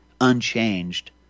unchanged